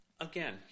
Again